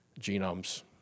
genomes